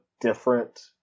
different